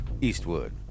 Eastwood